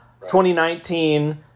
2019